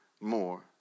more